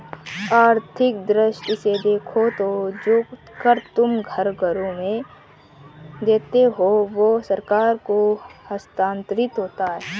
आर्थिक दृष्टि से देखो तो जो कर तुम घरों से देते हो वो सरकार को हस्तांतरित होता है